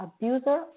abuser